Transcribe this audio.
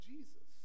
Jesus